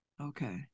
Okay